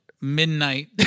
midnight